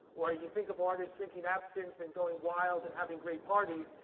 or you think of artists drinking absinthe and going wild and having great parties.